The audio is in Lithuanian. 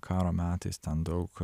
karo metais ten daug